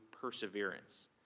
perseverance